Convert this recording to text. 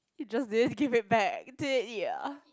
you just didn't give it back literally ah